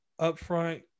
upfront